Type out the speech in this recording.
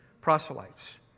proselytes